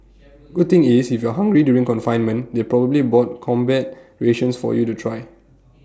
good thing is if you're hungry during confinement they probably bought combat rations for you to try